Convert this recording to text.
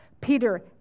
Peter